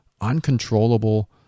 uncontrollable